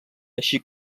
així